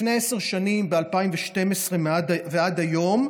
מלפני עשר שנים, מ-2012 ועד היום,